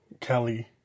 Kelly